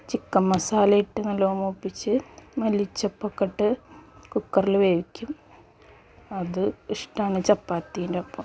chicken masala ഇട്ട് നല്ലോണം മൂപ്പിച്ച് മല്ലിച്ചെപ്പോക്കെ ഇട്ട് കുക്കറിൽ വേവിക്കും അത് ഇഷ്ടമാണ് ചപ്പാത്തിൻറെ ഒപ്പം